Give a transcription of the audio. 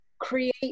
create